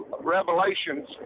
Revelations